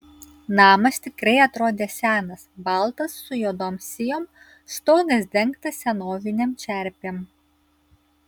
namas tikrai atrodė senas baltas su juodom sijom stogas dengtas senovinėm čerpėm